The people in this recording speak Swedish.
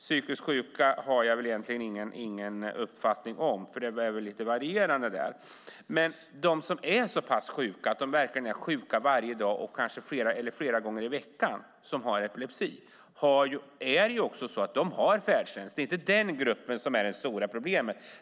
Psykiskt sjuka har jag egentligen ingen uppfattning om. Det är lite varierande där. De som har epilepsi och är så pass sjuka att de är sjuka varje dag eller flera gånger i veckan har färdtjänst. Det är inte den gruppen som är det stora problemet.